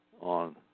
on